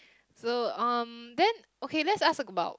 so um then okay let's ask about